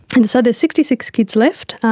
and so there's sixty six kids left,